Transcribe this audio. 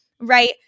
right